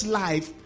life